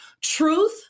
truth